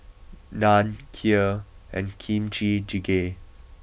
Naan Kheer and Kimchi Jjigae